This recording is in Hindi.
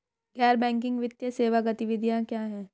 गैर बैंकिंग वित्तीय सेवा गतिविधियाँ क्या हैं?